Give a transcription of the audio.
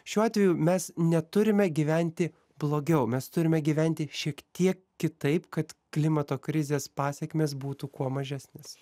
šiuo atveju mes neturime gyventi blogiau mes turime gyventi šiek tiek kitaip kad klimato krizės pasekmės būtų kuo mažesnės